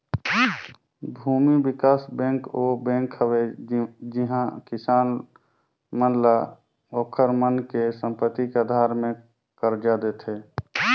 भूमि बिकास बेंक ओ बेंक हवे जिहां किसान मन ल ओखर मन के संपति के आधार मे करजा देथे